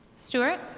stewart?